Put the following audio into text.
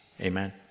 amen